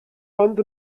ond